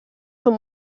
són